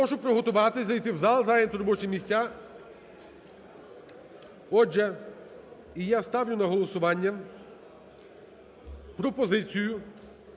Прошу приготуватись, зайти в зал, зайняти робочі місця. Отже, і я ставлю на голосування пропозицію,